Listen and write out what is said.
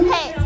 Hey